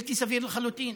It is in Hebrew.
זה בלתי סביר לחלוטין.